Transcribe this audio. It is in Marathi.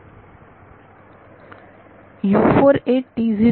विद्यार्थी 4